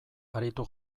aritu